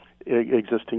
existing